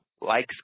likes